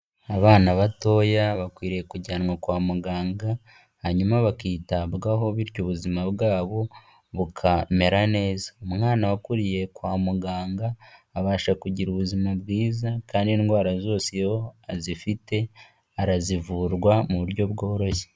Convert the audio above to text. Abana batoya bakwiriye kujyanwa kwa muganga hanyuma bakitabwaho, bityo ubuzima bwabo bukamera neza, umwana wakuriye kwa muganga abasha kugira ubuzima bwiza kandi indwara zose iyo azifite arazivurwa mu buryo bworoshye.